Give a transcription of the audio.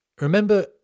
Remember